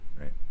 right